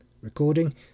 Recording